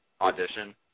Audition